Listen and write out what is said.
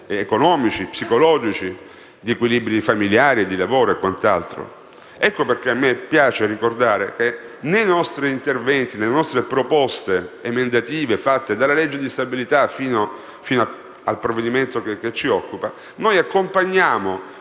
economici, psicologici, di equilibri familiari, di lavoro. Ecco perché mi piace ricordare che nelle nostre proposte emendative, dalla legge di stabilità fino al provvedimento che ci occupa, accompagniamo